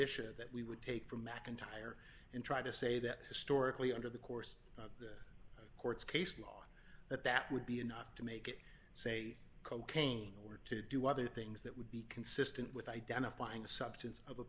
disha that we would take for mcentire and try to say that historically under the course courts case law that that would be enough to make it say cocaine or to do other things that would be consistent with identifying a substance of a